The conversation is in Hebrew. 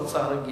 זו הצעה רגילה.